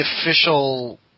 official